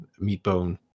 Meatbone